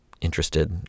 interested